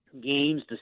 games